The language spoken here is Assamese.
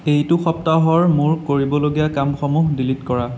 এইটো সপ্তাহৰ মোৰ কৰিবলগীয়া কামসমূহ ডিলিট কৰা